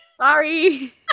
Sorry